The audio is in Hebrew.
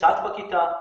- קצת בכיתה,